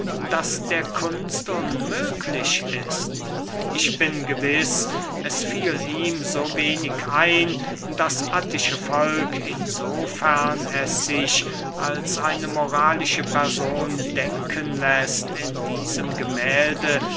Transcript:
das der kunst unmöglich ist ich bin gewiß es fiel ihm so wenig ein das attische volk in so fern es sich als eine moralische person denken läßt in diesem gemälde